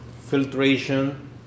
filtration